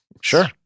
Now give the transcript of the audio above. sure